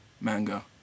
manga